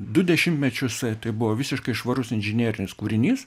du dešimtmečius tai buvo visiškai švarus inžinerinis kūrinys